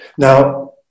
Now